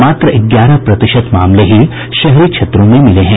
मात्र ग्यारह प्रतिशत मामले ही शहरी क्षेत्रों में मिले हैं